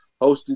hosted